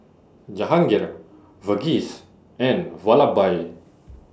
Jahangir Verghese and Vallabhbhai